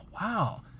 wow